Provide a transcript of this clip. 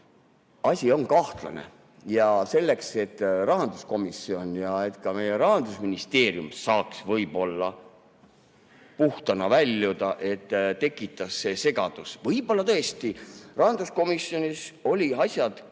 Asi on kahtlane ja selleks, et rahanduskomisjon ja ka meie Rahandusministeerium saaks võib-olla puhtana väljuda, tekitati see segadus. Võib-olla tõesti rahanduskomisjonis olid asjad